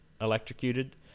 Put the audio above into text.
Electrocuted